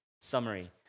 summary